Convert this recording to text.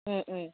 മ്മ് മ്മ്